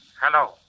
Hello